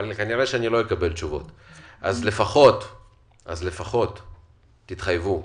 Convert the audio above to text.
לפחות תתחייבו,